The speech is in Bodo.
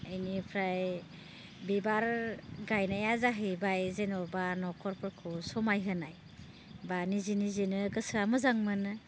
बेनिफ्राय बिबार गायनाया जाहैबाय जेनेबा न'खरफोरखौ समायहोनाय बा निजि निजिनो गोसोआ मोजां मोनो